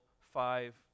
five